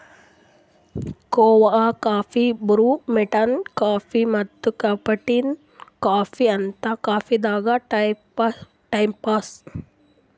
ಕೋಆ coffee, blue mountain coffee ಮತ್ತ್ cappuccino coffee ಅಂತ್ ಕಾಫೀದಾಗ್ ಟೈಪ್ಸ್ ಅವಾ